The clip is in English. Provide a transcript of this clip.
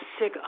sick